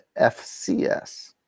FCS